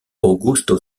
augusto